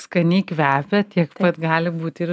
skaniai kvepia tiek pat gali būti ir